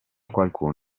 qualcuno